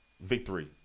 victory